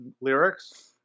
lyrics